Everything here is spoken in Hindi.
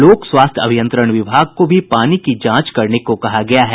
लोक स्वास्थ्य अभियंत्रण विभाग को भी पानी की जांच करने को कहा गया है